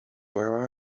where